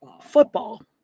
Football